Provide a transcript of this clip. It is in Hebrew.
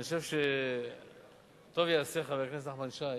אני חושב שטוב יעשה חבר הכנסת נחמן שי